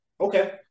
Okay